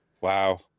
wow